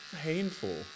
painful